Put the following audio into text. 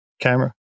camera